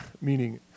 meaning